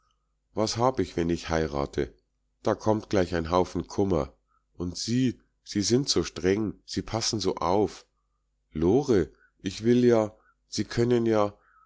was hab ich wenn ich heirate da kommt gleich ein haufen kummer und sie sie sind so streng sie passen so auf lore ich will ja sie können ja